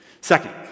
Second